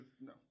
no